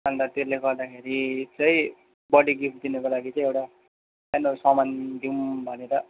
अन्त त्यसले गर्दाखेरि चाहिँ बर्थ डे गिफ्ट दिनको लागि चाहिँ एउटा सानो सामान दिऊँ भनेर